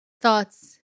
thoughts